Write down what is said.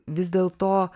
vis dėlto